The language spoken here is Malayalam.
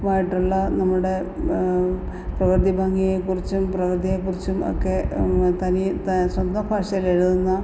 മായിട്ടുള്ള നമ്മുടെ പ്രകൃതി ഭംഗിയെ കുറിച്ചും പ്രകൃതിയെ കുറിച്ചും ഒക്കെ തനി ത സ്വന്തം ഭാഷയിലെഴുതുന്ന